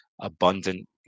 abundant